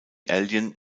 alien